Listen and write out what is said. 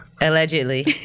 Allegedly